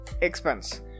Expense